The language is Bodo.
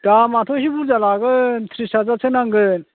दामाथ' एसे बुरजा लागोन ट्रिस हाजारसो नांगोन